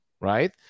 Right